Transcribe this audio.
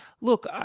look